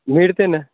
मिळते ना